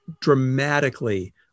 dramatically